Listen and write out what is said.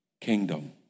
kingdom